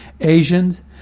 Asians